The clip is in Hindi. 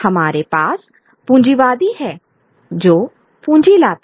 हमारे पास पूंजीवादी है जो पूंजी लाता है